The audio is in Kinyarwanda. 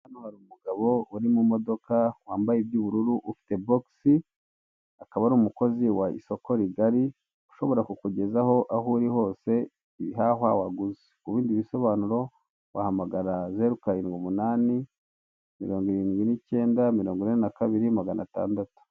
Hano hari umugabo uri mu modoka wambaye iby'ubururu ufite bogisi akaba ari umukozi wa isoko rigari ushobora kukugezaho aho uri hose ibihahwa waguze ku bimdi bisobanuro wahamagara zero karindwi umunani, mirongo irindwi n'cyenda mirongo inani na kabiri, maganatandatu.